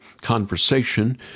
conversation